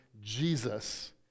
Jesus